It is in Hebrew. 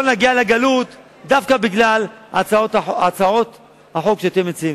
נגיע לגלות דווקא בגלל הצעות החוק שאתם מציעים.